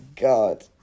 God